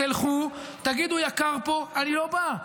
תלכו, תגידו: יקר פה, אני לא בא.